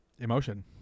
emotion